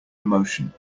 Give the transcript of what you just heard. emotion